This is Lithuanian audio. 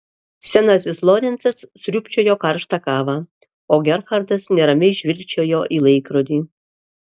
senasis lorencas sriūbčiojo karštą kavą o gerhardas neramiai žvilgčiojo į laikrodį